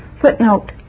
Footnote